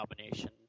combination